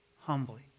humbly